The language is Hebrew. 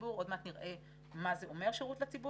הציבור ועוד מעט נראה מה זה אומר שירות לציבור.